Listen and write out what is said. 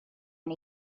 and